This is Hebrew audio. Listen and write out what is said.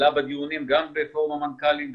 הוא עלה בדיונים גם בפורום המנכ"לים ובכלל,